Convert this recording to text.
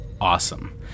awesome